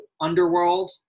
underworld